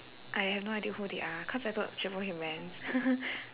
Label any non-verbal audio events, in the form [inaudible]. I have no idea who they are cause I took triple humans [laughs]